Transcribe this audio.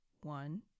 one